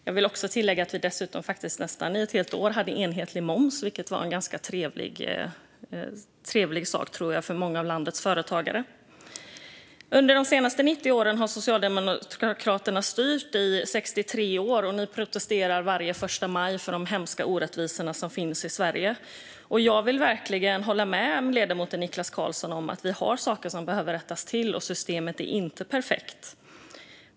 Jag vill också tillägga att vi dessutom i nästan ett helt år hade enhetlig moms, vilket var en ganska trevlig sak, tror jag, för många av landets företagare. Under de senaste 90 åren har Socialdemokraterna styrt i 63 år, och de protesterar varje första maj mot de hemska orättvisorna som finns i Sverige. Jag vill verkligen hålla med ledamoten Niklas Karlsson om att vi har saker som behöver rättas till och att systemet inte är perfekt.